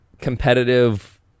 competitive